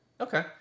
Okay